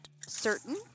certain